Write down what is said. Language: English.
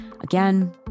Again